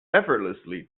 effortlessly